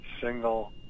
single